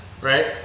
right